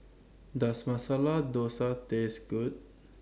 Does Masala Dosa Taste Good